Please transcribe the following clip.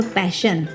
passion